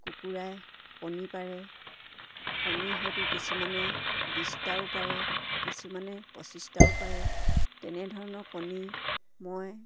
কুকুৰাই কণী পাৰে কণী হয়তো কিছুমানে বিছটাও পাৰে কিছুমানে পঁচিছটাও পাৰে তেনেধৰণৰ কণী মই